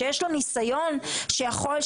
שיש לו ניסיון שיכול,